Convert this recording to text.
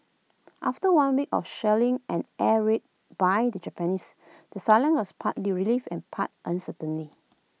after one week of shelling and air raids by the Japanese the silence was part relief and part uncertainty